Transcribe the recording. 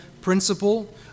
principle